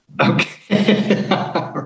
Okay